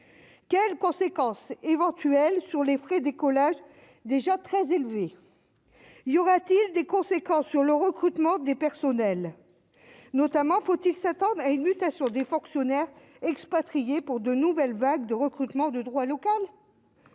quelles conséquences éventuelles sur les frais d'écolage déjà très élevé, y aura-t-il des conséquences sur le recrutement des personnels notamment Faut-il s'attendre à une mutation des fonctionnaires expatriés pour de nouvelles vagues de recrutement de droit local, y